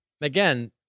again